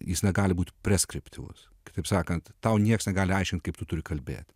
jis negali būti preskriptyvus kitaip sakant tau nieks negali aiškinti kaip tu turi kalbėt